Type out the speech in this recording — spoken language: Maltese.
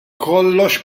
kollox